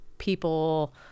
people